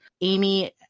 amy